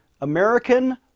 American